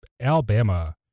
Alabama